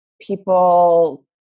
people